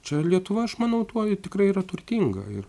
čia lietuva aš manau tuo ji tikrai yra turtinga ir